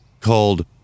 called